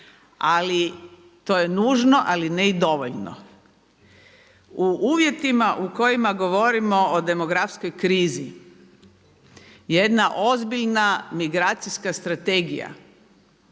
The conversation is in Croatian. Ali to je nužno, ali ne i dovoljno. U uvjetima u kojima govorimo o demografskoj krizi jedna ozbiljna migracijska strategija